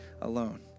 alone